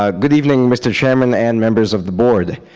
ah good evening, mr. chairman and members of the board.